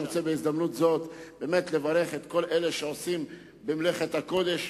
בהזדמנות זו אני רוצה לברך את כל אלה שעושים במלאכת הקודש,